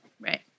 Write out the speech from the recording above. Right